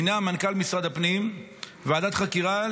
מינה מנכ"ל משרד הפנים ועדת חקירה,